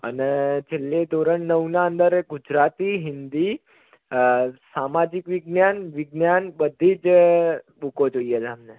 અને છેલ્લે ધોરણ નવના અંદર ગુજરાતી હિન્દી સામાજિક વિજ્ઞાન વિજ્ઞાન બધી જ બુકો જોઈએ છે અમને